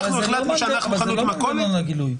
אנחנו החלטנו שאנחנו מכולת ------ הגילוי.